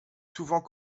souvent